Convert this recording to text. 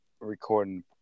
recording